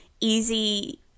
easy